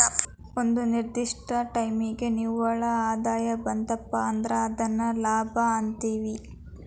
ಒಂದ ನಿರ್ದಿಷ್ಟ ಟೈಮಿಗಿ ನಿವ್ವಳ ಆದಾಯ ಬಂತಪಾ ಅಂದ್ರ ಅದನ್ನ ಲಾಭ ಅಂತೇವಿ